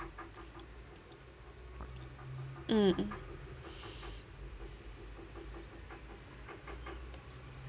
mm